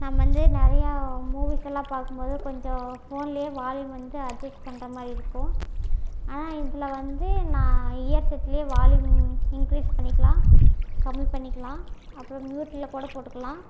நம் வந்து நிறையா மூவிஸ்செல்லாம் பார்க்கும்போது கொஞ்சம் ஃபோனில் வால்யும் வந்து அட்ஜஸ் பண்ணுற மாதிரி இருக்கும் ஆனால் இதில் வந்து நான் இயர் செட்டில் வால்யும் இன்க்ரீஸ் பண்ணிக்கலாம் கம்மி பண்ணிக்கலாம் அப்புறோம் மியூட்டில் கூட போட்டுக்கலாம்